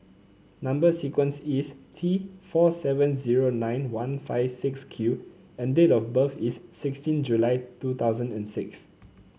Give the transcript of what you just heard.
number sequence is T four seven zero nine one five six Q and date of birth is sixteen July two thousand and six